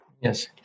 Yes